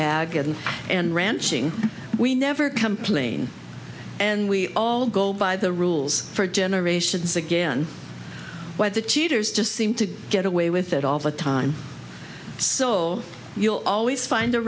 agen and ranching we never complain and we all go by the rules for generations again where the cheaters just seem to get away with it all the time so you'll always find a